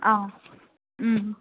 ஆ ம்